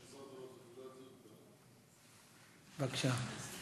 בבקשה.